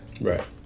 right